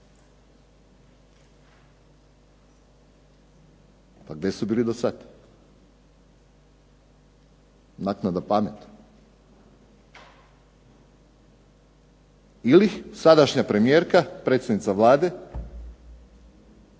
Pa gdje su bili do sada? Naknadna pamet ili sadašnja premijerka predsjednica Vlade,